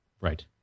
Right